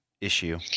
issue